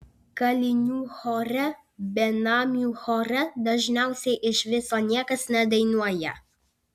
kalinių chore benamių chore dažniausiai iš viso niekas nedainuoja